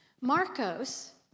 Marcos